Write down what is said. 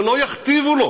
שלא יכתיבו לו